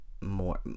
more